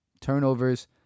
turnovers